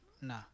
Nah